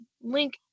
link